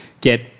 get